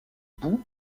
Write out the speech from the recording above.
boult